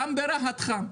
גם ברהט חם.